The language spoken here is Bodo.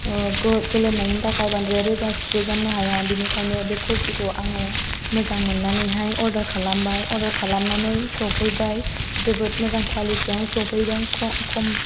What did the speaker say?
गोलोमनायनि थाखाय बांद्राय रोजा सिबो गाननो हाया बेनिखायनो बे कुरटिखौ आङो मोजां मोननानैहाय अर्दार खालामबाय अर्दार खालामनानै सफैबाय जोबोद मोजां कुवालिटि आनो सफैदों